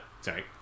sorry